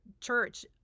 church